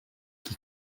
qui